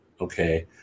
okay